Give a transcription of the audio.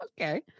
Okay